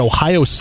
Ohio